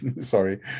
sorry